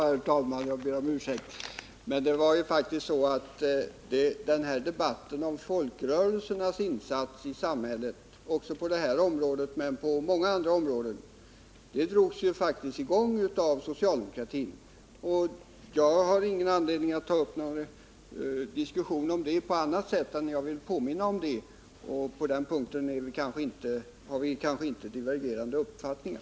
Herr talman! Jag ber om ursäkt, men det är faktiskt så att debatten om folkrörelsernas insatser på såväl detta område som många andra områden i vårt samhälle drogs i gång av socialdemokraterna. Jag har ingen anledning att ta upp någon diskussion om det. Jag vill bara påminna Rune Gustavsson om att så var fallet. På den punkten har vi kanske inte divergerande uppfattningar.